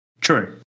True